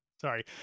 Sorry